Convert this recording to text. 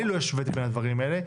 אני לא השוויתי בין הדברים האלה.